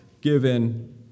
given